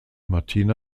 martina